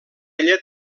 ella